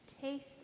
Taste